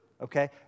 Okay